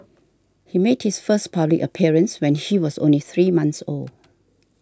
he made his first public appearance when she was only three month old